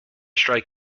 strike